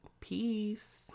peace